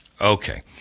Okay